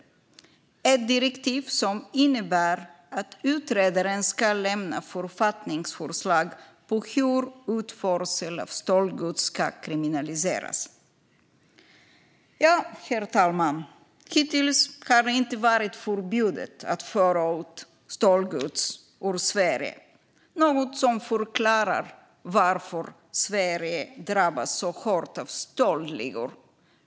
Det är ett direktiv som innebär att utredaren ska lämna författningsförslag på hur utförsel av stöldgods ska kriminaliseras. Hittills har det inte, herr talman, varit förbjudet att föra ut stöldgods ur Sverige, något som förklarar varför Sverige drabbas så hårt av stöldligor.